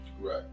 Right